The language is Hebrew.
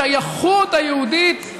לשייכות היהודית,